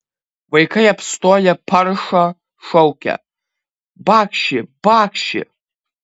vaikai apstoję paršą šaukia bakši bakši